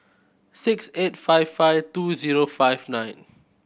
six eight five five two zero five nine